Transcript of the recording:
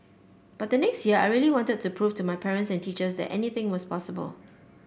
but the next year I really wanted to prove to my parents and teachers that anything was possible